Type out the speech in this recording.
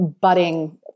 budding